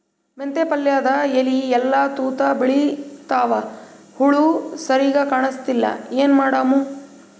ಮೆಂತೆ ಪಲ್ಯಾದ ಎಲಿ ಎಲ್ಲಾ ತೂತ ಬಿಳಿಕತ್ತಾವ, ಹುಳ ಸರಿಗ ಕಾಣಸ್ತಿಲ್ಲ, ಏನ ಮಾಡಮು?